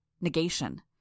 Negation